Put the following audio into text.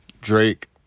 Drake